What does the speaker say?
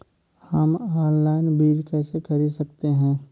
हम ऑनलाइन बीज कैसे खरीद सकते हैं?